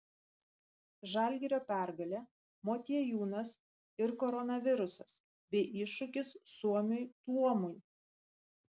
žalgirio pergalė motiejūnas ir koronavirusas bei iššūkis suomiui tuomui